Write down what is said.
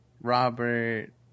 Robert